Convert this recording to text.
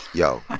yo.